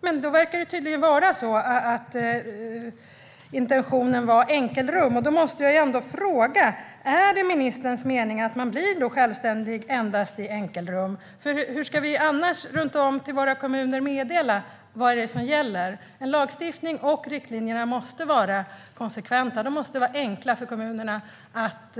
Det är tydligen så att intentionen var enkelrum, och då måste jag ändå fråga: Är det ministerns mening att man blir självständig endast i enkelrum? Hur ska vi annars meddela till våra kommuner vad det är som gäller? En lagstiftning och riktlinjerna måste vara konsekventa och enkla för kommunerna att